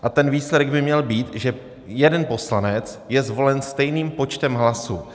A ten výsledek by měl být, že jeden poslanec je zvolen stejným počtem hlasů.